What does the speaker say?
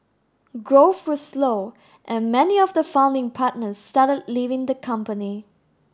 growth was slow and many of the founding partners started leaving the company